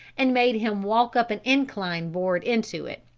and made him walk up an inclined board into it.